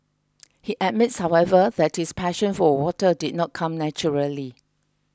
he admits however that his passion for water did not come naturally